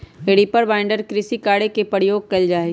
reaper binder कृषि कार्य में प्रयोग कइल जा हई